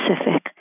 specific